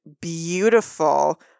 beautiful